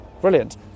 Brilliant